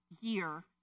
year